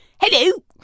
hello